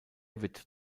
wird